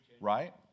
right